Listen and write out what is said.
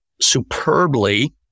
superbly